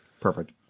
Perfect